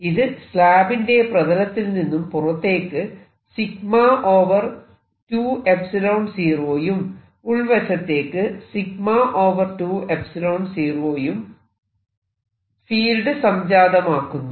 ഇത് സ്ലാബിന്റ് പ്രതലത്തിൽ നിന്നും പുറത്തേക്ക് 2 0 യും ഉൾവശത്തേക്ക് 2 0 യും ഫീൽഡ് സംജാതമാക്കുന്നു